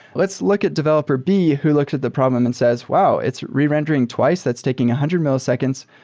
let's look at developer b who looks at the problem and says, wow! it's re-rendering twice. that's taking a hundred milliseconds.